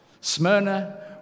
Smyrna